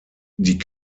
die